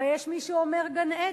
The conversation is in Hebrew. הרי יש מי שאומר "גן-עדן".